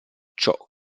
ciò